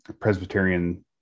Presbyterian